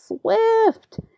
Swift